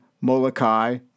Molokai